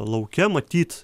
lauke matyt